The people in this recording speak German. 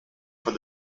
von